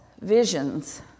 visions